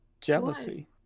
Jealousy